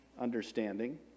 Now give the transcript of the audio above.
understanding